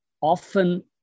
often